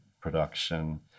production